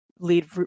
lead